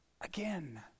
again